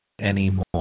anymore